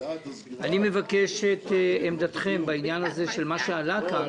אני מבקש את עמדתכם בעניין הזה של מה שעלה כאן,